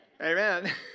Amen